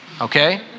okay